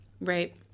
Right